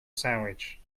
sandwich